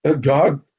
God